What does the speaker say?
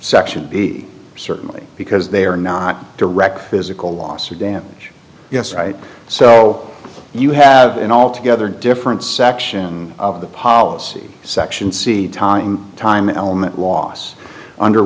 section b certainly because they are not direct physical loss or damage yes right so you have an altogether different section of the policy section c time element loss under